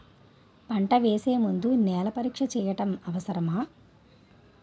పంట వేసే ముందు నేల పరీక్ష చేయటం అవసరమా?